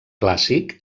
clàssic